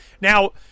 Now